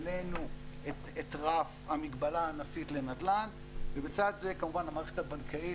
העלינו את רף המגבלה הענפית לנדל"ן ובצד זה כמובן המערכת הבנקאית,